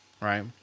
right